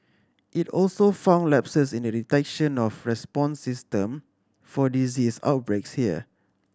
it also found lapses in the detection of response system for disease outbreaks here